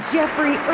Jeffrey